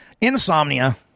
insomnia